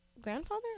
grandfather